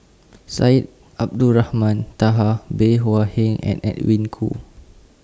Syed Abdulrahman Taha Bey Hua Heng and Edwin Koo